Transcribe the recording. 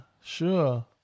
sure